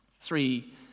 Three